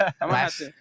Last